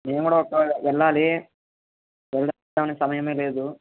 నేను కూడా ఒక వెళ్ళాలి వెళ్ళడానికి సమయమే లేదు